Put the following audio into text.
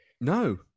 No